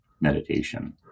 meditation